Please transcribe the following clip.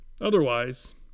Otherwise